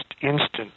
instant